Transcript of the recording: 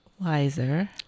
Wiser